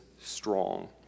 strong